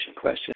question